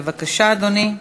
בבקשה, אדוני.